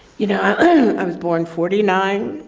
you know, i was born forty nine.